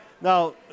Now